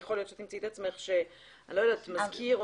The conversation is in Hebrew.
יכול להיות שתמצאי את עצמך שמזכיר או